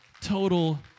total